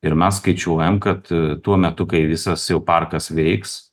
ir mes skaičiuojam kad tuo metu kai visas jau parkas veiks